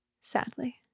Sadly